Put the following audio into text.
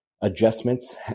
adjustments